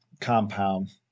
compound